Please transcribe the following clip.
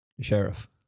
Sheriff